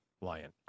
lion